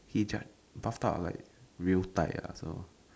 he just bathtub are like real tight ah so